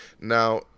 Now